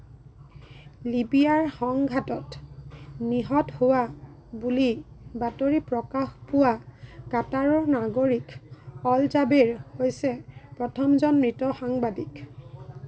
লিবিয়াৰ সংঘাতত নিহত হোৱা বুলি বাতৰি প্ৰকাশ পোৱা কাটাৰৰ নাগৰিক অল জাবেৰ হৈছে প্ৰথমজন মৃত সাংবাদিক